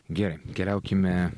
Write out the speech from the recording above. gerai keliaukime